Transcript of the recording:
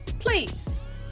Please